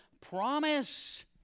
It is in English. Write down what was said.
promise